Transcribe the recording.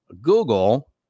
Google